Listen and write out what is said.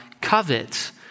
covet